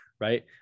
Right